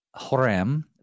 Horem